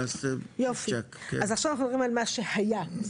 אז עכשיו אנחנו מדברים על מה שהיה ב